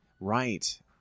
Right